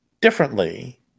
differently